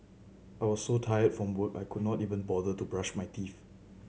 I was so tired from work I could not even bother to brush my teeth